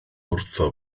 wrtho